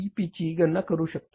P ची गणना करू शकता